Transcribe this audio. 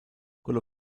quello